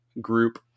group